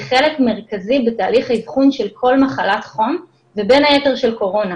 חלק מרכזי בתהליך אבחון של כל מחלת חום ובין היתר של קורונה,